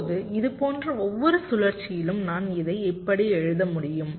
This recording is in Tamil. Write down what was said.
இப்போது இதுபோன்ற ஒவ்வொரு சுழற்சியிலும் நான் இதை இப்படி எழுத முடியும்